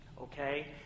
okay